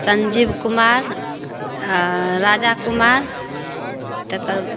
संजीव कुमार राजा कुमार तकर